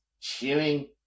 cheering